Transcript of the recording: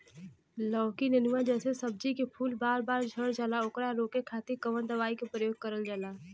लौकी नेनुआ जैसे सब्जी के फूल बार बार झड़जाला ओकरा रोके खातीर कवन दवाई के प्रयोग करल जा?